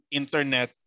internet